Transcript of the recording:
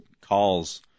calls